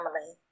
family